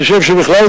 אני חושב שבכלל,